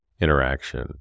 interaction